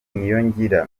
niyongira